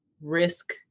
risk